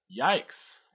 yikes